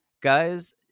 guys